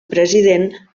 president